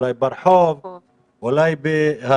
אולי ברחוב,